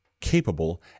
capable